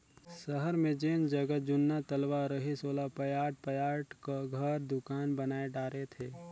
सहर मे जेन जग जुन्ना तलवा रहिस ओला पयाट पयाट क घर, दुकान बनाय डारे थे